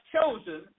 chosen